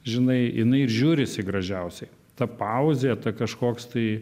žinai jinai ir žiūrisi gražiausiai ta pauzė kažkoks tai